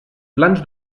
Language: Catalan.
plans